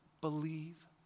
believe